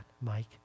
Mike